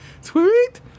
Sweet